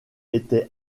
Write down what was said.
était